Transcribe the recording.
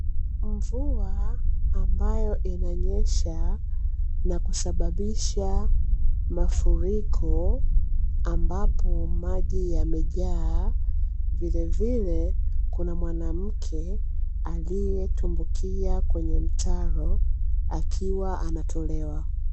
Mvua ambayo inanyesha na kusababisha mafuriko ambapo maji yamejaa vilevile kuna mwanamke aliyetumbukia kwenye mtaro akiwa anatolewa.